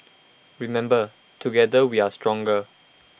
remember together we are stronger